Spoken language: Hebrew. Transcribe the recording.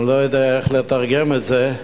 אני לא יודע איך לתרגם את זה,